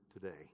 today